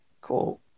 Cool